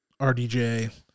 RDJ